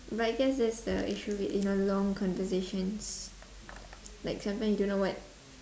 but I guess that's the issue with in a long conversations like sometime you don't know what